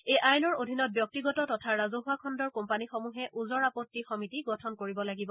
এই আইনৰ অধীনত ব্যক্তিগত তথা ৰাজহুৱা খণ্ডৰ কোম্পানীসমূহে ওজৰ আপত্তি সমিতি গঠন কৰিব লাগিব